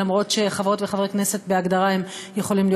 למרות שחברות וחברי כנסת בהגדרה יכולים להיות